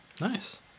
Nice